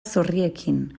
zorriekin